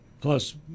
plus